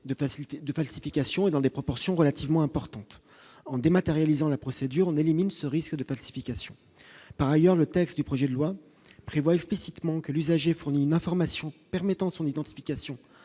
de falsification et dans des proportions relativement importante en dématérialisé en la procédure on élimine ce risque de pacification, par ailleurs, le texte du projet de loi prévoit explicitement que l'usager fournit une information permettant son identification